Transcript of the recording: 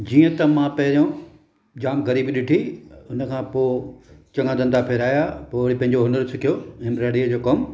जीअं त मां पहिरियों जाम ग़रीबी ॾिठी हुन खां पोइ चंङा धंदा फेराया पोइ पंहिंजो हुनरु सिखयो एम्ब्रॉइडरी जो कमु